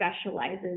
specializes